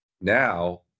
Now